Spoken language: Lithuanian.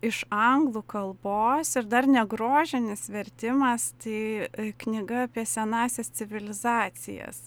iš anglų kalbos ir dar negrožinis vertimas tai knyga apie senąsias civilizacijas